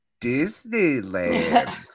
Disneyland